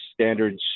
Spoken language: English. standards